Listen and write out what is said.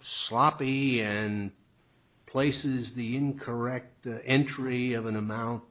sloppy and places the incorrect the entry of an amount